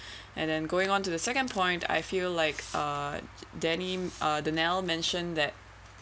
and then going onto the second point I feel like uh dani~ uh danielle mentioned that